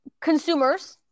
consumers